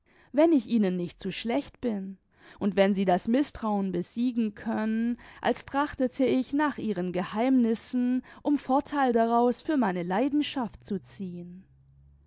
wenn ich ihnen nicht zu schlecht bin und wenn sie das mißtrauen besiegen können als trachtete ich nach ihren geheimnissen um vortheil daraus für meine leidenschaft zu ziehen